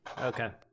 Okay